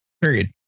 period